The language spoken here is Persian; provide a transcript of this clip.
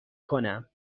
کنم